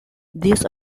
these